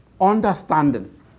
Understanding